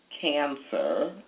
cancer